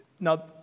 Now